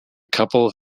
couple